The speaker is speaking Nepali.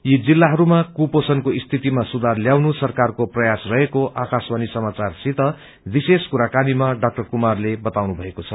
यी जिलाहरूमा कुपोषण्को स्थितिमा सुधार ल्याउनु सरकारको प्रयास रहेको आकाशवाण समाचा सित विशेष कुराकानीामा डाक्टर कुमारले बताउनुभएको छ